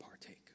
partake